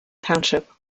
township